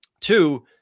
Two